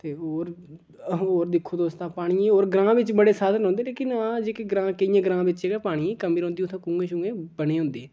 ते होर आहो होर दिक्खो तुस तां पानियै होर ग्रांऽ बिच बड़े साधन होंदे लेकिन हां जेह्के ग्रांऽ केइयें ग्रांऽ बिच गै पानी दी कमी रौंह्दी उत्थै कुएं शुएं बने दे होंदे